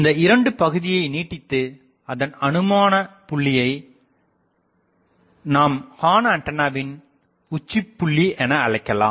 இந்த இரண்டு பகுதியை நீட்டித்து அதன் அனுமான புள்ளியை நாம் ஹார்ன்ஆண்டனாவின் உச்சிபுள்ளி என அழைக்கலாம்